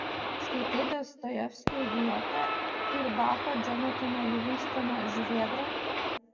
skaitai dostojevskio idiotą ir bacho džonataną livingstoną žuvėdrą